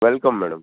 welcome madam